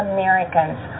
Americans